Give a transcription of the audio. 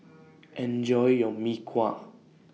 Enjoy your Mee Kuah